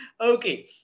Okay